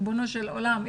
ריבונו של עולם,